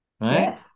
right